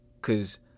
Cause